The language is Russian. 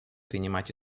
принимать